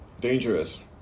Dangerous